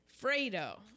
Fredo